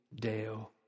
Deo